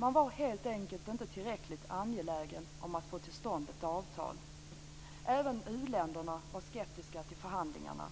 Man var helt enkelt inte tillräckligt angelägen om att få till stånd ett avtal. Även u-länderna var skeptiska till förhandlingarna.